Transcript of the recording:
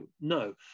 No